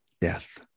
death